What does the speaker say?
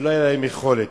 שלא היתה להם יכולת.